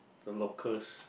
the locals